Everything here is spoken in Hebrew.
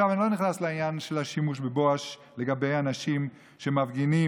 אני לא נכנס לעניין של השימוש בבואש לגבי אנשים שמפגינים,